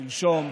שלשום,